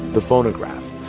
the phonograph.